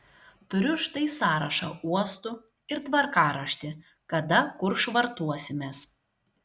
turiu štai sąrašą uostų ir tvarkaraštį kada kur švartuosimės